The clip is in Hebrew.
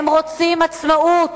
הם רוצים עצמאות,